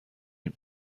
این